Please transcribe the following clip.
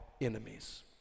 enemies